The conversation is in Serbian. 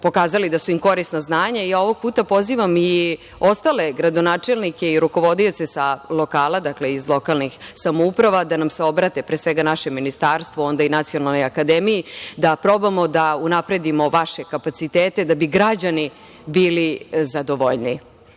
pokazali da su im korisna znanja. Ovog puta pozivam i ostale gradonačelnike i rukovodioce sa lokala, dakle, iz lokalnih samouprava da nam se obrate, pre svega našem ministarstvu, a onda i Nacionalnoj akademiji, da probamo da unapredimo vaše kapacitete, da bi građani bili zadovoljniji.